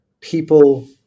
people